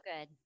good